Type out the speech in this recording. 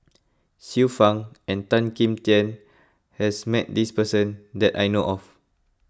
Xiu Fang and Tan Kim Tian has met this person that I know of